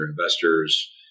investors